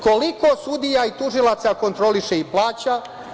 Koliko sudija i tužilaca kontroliše i plaća?